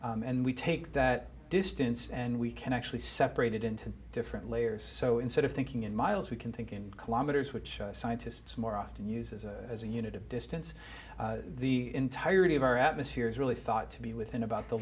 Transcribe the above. and we take that distance and we can actually separated into different layers so instead of thinking in miles we can think in kilometers which scientists more often uses as a unit of distance the entirety of our atmosphere is really thought to be within about the